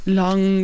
long